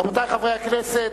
רבותי חברי הכנסת,